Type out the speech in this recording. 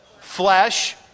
Flesh